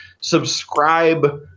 Subscribe